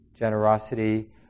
generosity